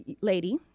lady